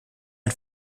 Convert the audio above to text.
ein